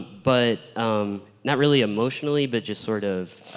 but um not really emotionally, but just sort of